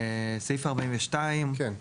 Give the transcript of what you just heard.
סעיף 42. כן.